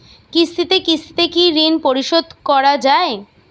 কিস্তিতে কিস্তিতে কি ঋণ পরিশোধ করা য়ায়?